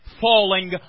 falling